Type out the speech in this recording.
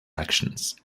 actions